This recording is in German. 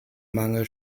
mangel